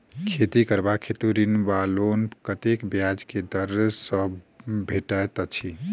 खेती करबाक हेतु ऋण वा लोन कतेक ब्याज केँ दर सँ भेटैत अछि?